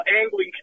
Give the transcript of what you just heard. angling